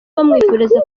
bamwifuriza